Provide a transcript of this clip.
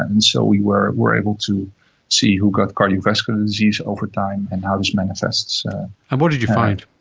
ah and so we were were able to see who got cardiovascular disease over time and how this manifests. and what did you find?